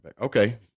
okay